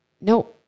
No